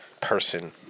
Person